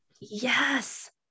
Yes